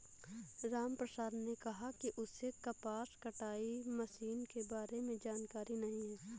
रामप्रसाद ने कहा कि उसे कपास कटाई मशीन के बारे में जानकारी नहीं है